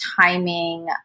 timing